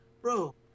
Bro